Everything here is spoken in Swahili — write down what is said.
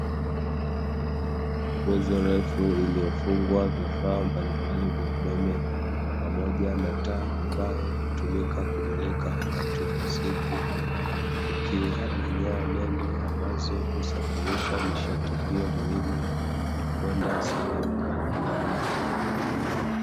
Nguzo ndefu iliyofungwa vifaa mbalimbali vya umeme pamoja na taa ambayo hutumika kumulika wakati wa usiku, kukiwa na nyaya nene ambazo husafirisha nishati hiyo muhimu kwenda sehemu mbalimbali za jamii.